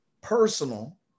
personal